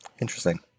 interesting